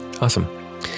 Awesome